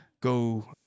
go